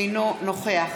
אינו נוכח